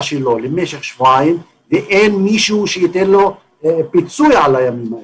שלו במשך שבועיים כשאין מי שיפצה אותו על כך.